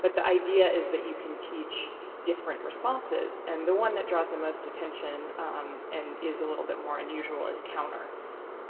but the idea is that you can teach different responses. and the one that draws the most attention um and is a little bit more unusual is counter